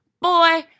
Boy